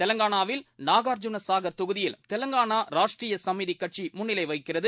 தெலங்காளாவில் நாகார்ஜூனா சாகர் தொகுதியில் தெலங்கானா ராஷ்ட்ர சமிதி கட்சி முன்னிலை வகிக்கிறது